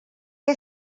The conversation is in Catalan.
què